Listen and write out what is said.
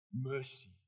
mercy